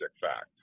fact